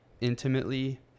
intimately